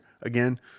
Again